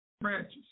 branches